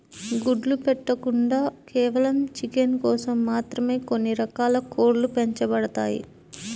గుడ్లు పెట్టకుండా కేవలం చికెన్ కోసం మాత్రమే కొన్ని రకాల కోడ్లు పెంచబడతాయి